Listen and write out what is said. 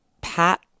Pat